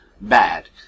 bad